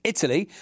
Italy